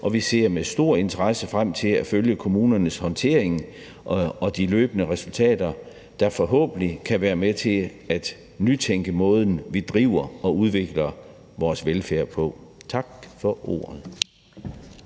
og vi ser med stor interesse frem til at følge kommunernes håndtering og de løbende resultater, der forhåbentlig kan være med til at nytænke måden, vi driver og udvikler vores velfærd på. Tak for ordet.